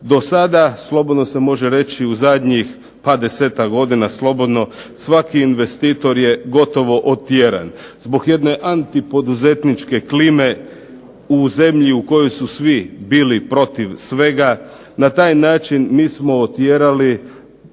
Do sada, slobodno se može reći u zadnjih pa 10-tak godina slobodno, svaki investitor je gotovo otjeran zbog jedne antipoduzetničke klime u zemlji u kojoj su svi bili protiv svega. Na taj način mi smo otjerali